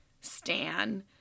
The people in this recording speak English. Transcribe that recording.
Stan